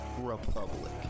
Republic